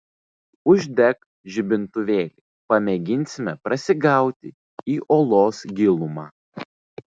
uždek žibintuvėlį pamėginsime prasigauti į olos gilumą